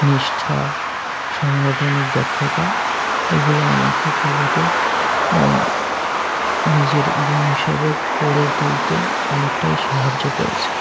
নিষ্ঠা সাংগঠনিক দক্ষতা এগুলো আমাকে প্রভূত নিজের গুণ হিসাবে গড়ে তুলতে অনেকটাই সাহায্য করেছে